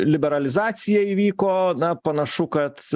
liberalizacija įvyko na panašu kad